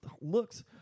looks